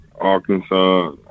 Arkansas